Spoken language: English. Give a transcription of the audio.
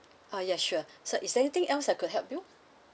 uh yes sure so is there anything else I could help you